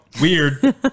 weird